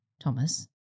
Thomas